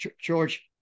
George